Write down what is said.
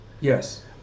Yes